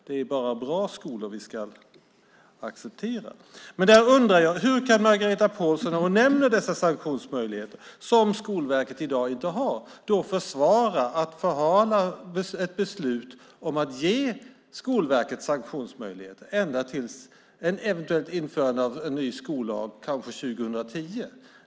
Det är bara bra skolor vi ska acceptera. Jag undrar hur Margareta Pålsson när hon nämner dessa sanktionsmöjligheter, som Skolverket i dag inte har, försvarar förhalandet av ett beslut om att ge Skolverket sanktionsmöjligheter ända till ett eventuellt införande av en ny skollag, kanske 2010.